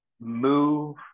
move